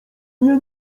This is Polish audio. nie